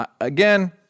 again